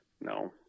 No